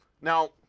Now